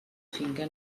finca